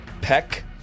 peck